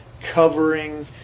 covering